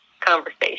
conversation